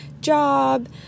job